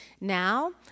now